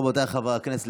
רבותיי חברי הכנסת,